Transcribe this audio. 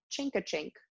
Chink-a-Chink